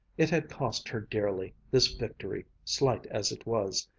it had cost her dearly, this victory, slight as it was.